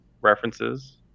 references